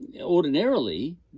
ordinarily